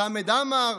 חמד עמאר,